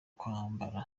uwo